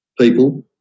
people